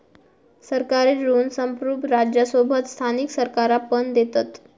सरकारी ऋण संप्रुभ राज्यांसोबत स्थानिक सरकारा पण देतत